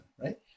right